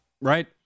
Right